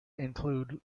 include